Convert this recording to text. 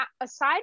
aside